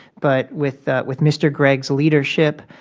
but, with with mr. gregg's leadership,